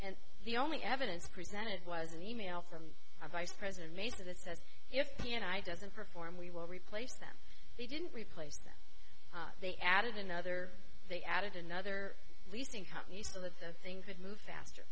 and the only evidence presented was an e mail from a vice president made that says if he and i doesn't perform we will replace them they didn't replace them they added another they added another leasing company some of the things would move faster